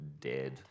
dead